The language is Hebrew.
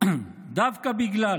דווקא בגלל